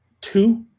two